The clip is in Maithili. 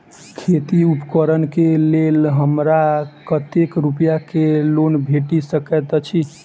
खेती उपकरण केँ लेल हमरा कतेक रूपया केँ लोन भेटि सकैत अछि?